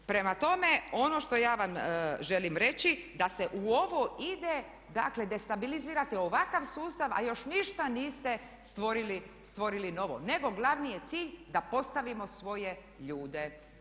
Prema tome, ono što ja vam želim reći da se u ovo ide dakle destabilizirate ovakav sustav a još ništa niste stvorili novo nego glavni je cilj da postavimo svoje ljude.